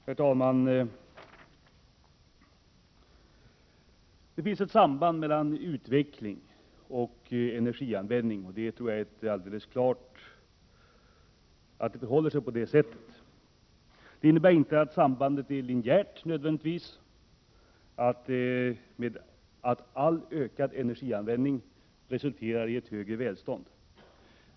Herr talman! Det finns ett samband mellan utveckling och energianvändning. Det innebär inte att sambandet nödvändigtvis är linjärt, att all ökad energianvändning resulterar i ett högre välstånd.